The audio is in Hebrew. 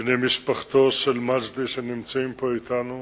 בני משפחתו של מג'די, שנמצאים פה אתנו,